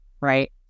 right